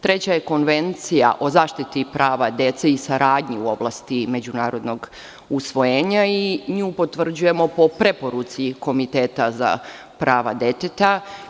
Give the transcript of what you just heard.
Treća je Konvencija o zaštiti prava dece i saradnji u oblasti međunarodnog usvojenja i nju potvrđujemo po preporuci Komiteta za prava deteta.